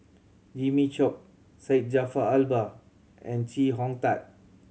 Jimmy Chok Syed Jaafar Albar and Chee Hong Tat